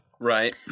right